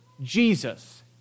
Jesus